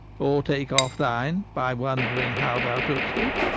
or take off thine by wond'ring how thou took'st it.